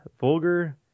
vulgar